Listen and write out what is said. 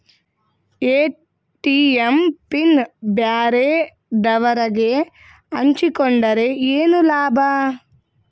ATM PIN ಬ್ಯಾರೆದವರಗೆ ಹಂಚಿಕೊಂಡರೆ ಏನು ಲಾಭ?